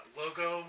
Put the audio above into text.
logo